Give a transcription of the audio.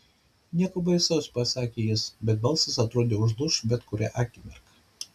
nieko baisaus pasakė jis bet balsas atrodė užlūš bet kurią akimirką